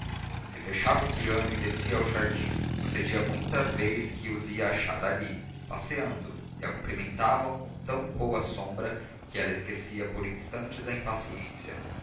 se fechava o piano e descia ao jardim sucedia muita vez que os ia achar ali passeando e a cumprimentavam com tão boa sombra que ela esquecia por instantes a impaciência